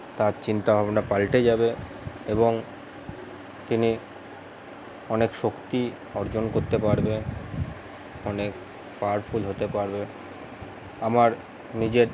তার চিন্তাভাবনা পালটে যাবে এবং তিনি অনেক শক্তি অর্জন করতে পারবে অনেক পাওয়ারফুল হতে পারবে আমার নিজের